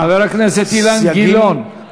חבר הכנסת אילן גילאון,